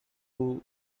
who